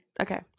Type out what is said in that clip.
okay